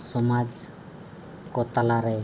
ᱥᱚᱢᱟᱡᱽ ᱠᱚ ᱛᱟᱞᱟᱨᱮ